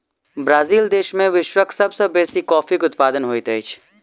Brazil देश में विश्वक सब सॅ बेसी कॉफ़ीक उत्पादन होइत अछि